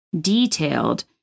detailed